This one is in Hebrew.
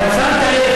אבל שמת לב,